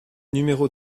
numéro